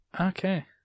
Okay